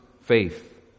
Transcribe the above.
faith